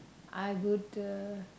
I would uh